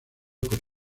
por